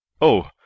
Oh